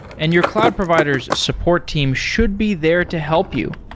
and your cloud provider s support team should be there to help you.